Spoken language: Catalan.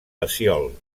pecíol